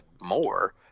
more